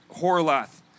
Horlath